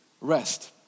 rest